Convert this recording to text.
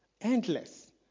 endless